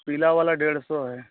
पीला वाला डेढ़ सौ है